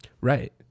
right